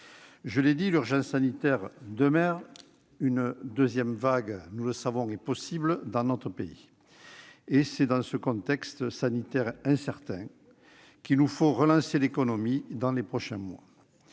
et social. L'urgence sanitaire demeure, et une deuxième vague est possible dans notre pays. C'est dans ce contexte sanitaire incertain qu'il nous faut relancer l'économie dans les prochains mois.